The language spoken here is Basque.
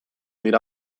dira